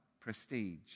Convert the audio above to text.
prestige